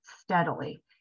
steadily